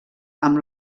amb